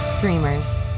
Dreamers